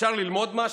אפשר ללמוד משהו?